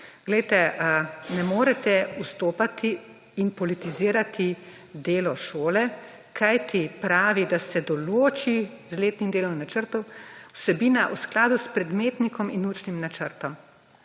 Glejte, ne morete vstopati in politizirati delo šole, kajti, pravi, da se določi z letnim delovnim načrtom, vsebina, v skladu s predmetnikom in učnim načrtom.